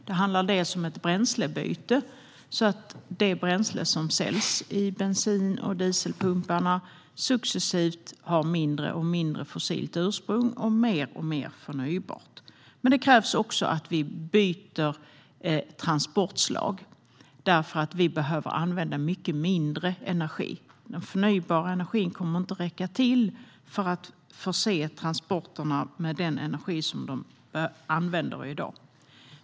Det handlar om ett bränslebyte, så att det bränsle som säljs i bensin och dieselpumparna successivt har mindre och mindre fossilt ursprung och mer och mer förnybart. Men det krävs också att vi byter transportslag, för vi behöver använda mycket mindre energi. Den förnybara energin kommer inte att räcka till för att förse transporterna med den energi de använder i dag.